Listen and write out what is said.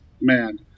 man